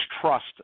trust